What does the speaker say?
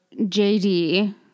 JD